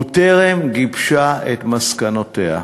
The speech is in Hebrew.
והיא טרם גיבשה את מסקנותיה.